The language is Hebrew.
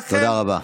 תודה רבה.